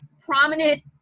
prominent